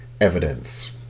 evidence